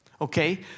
okay